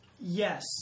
Yes